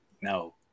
no